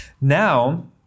Now